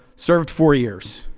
served four years.